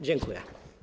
Dziękuję.